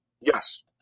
Yes